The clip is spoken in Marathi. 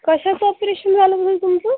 कशाचं ऑपरेशन झालं म्हणे तुमचं